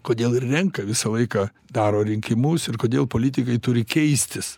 kodėl ir renka visą laiką daro rinkimus ir kodėl politikai turi keistis